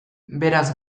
beraz